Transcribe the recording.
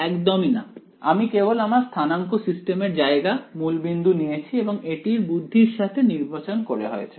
একদমই না আমি কেবল আমার স্থানাঙ্ক সিস্টেমের জায়গা মূলবিন্দু নিয়েছি এবং এটি বুদ্ধির সাথে নির্বাচন করা হয়েছে